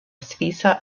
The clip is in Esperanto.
svisa